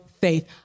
faith